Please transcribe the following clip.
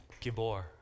Gibor